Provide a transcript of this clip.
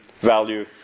value